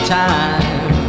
time